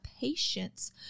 patience